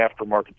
aftermarket